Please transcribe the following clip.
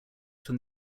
from